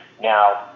Now